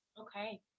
Okay